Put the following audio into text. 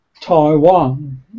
Taiwan